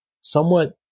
somewhat